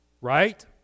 right